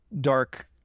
dark